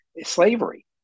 slavery